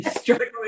struggling